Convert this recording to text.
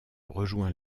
rejoint